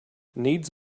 needs